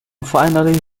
finally